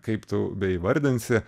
kaip tu beįvardinsi